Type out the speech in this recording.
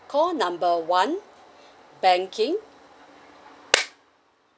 call number one banking